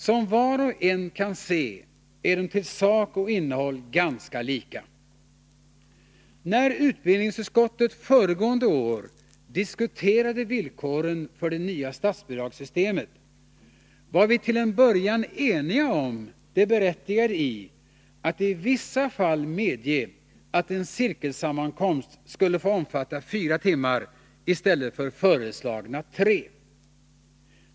Som var och en kan se är de till sak och innehåll ganska lika. När utbildningsutskottet föregående år diskuterade villkoren för det nya statsbidragssystemet, var vi till en början eniga om det berättigade i att i vissa fall medge att en cirkelsammankomst skulle få omfatta fyra timmar i stället för föreslagna tre.